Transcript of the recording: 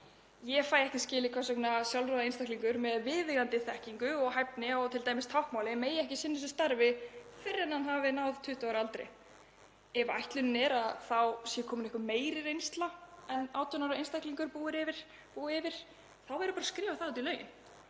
Ég fæ ekki skilið hvers vegna sjálfráða einstaklingur með viðeigandi þekkingu og hæfni í t.d. táknmáli megi ekki sinna þessu starfi fyrr en hann hefur náð 20 ára aldri. Ef ætlunin er að viðkomandi hafi meiri reynslu en 18 ára einstaklingar búi yfir þá verður bara að skrifa það út í lögunum.